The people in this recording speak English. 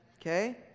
Okay